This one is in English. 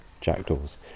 jackdaws